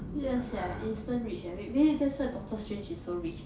ya sia instant rich eh ma~ maybe that's why doctor strange is so rich